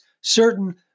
certain